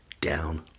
down